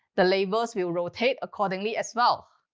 the labels will rotate accordingly as well.